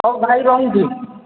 ହଉ ଭାଇ ରହିଲି